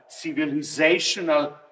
civilizational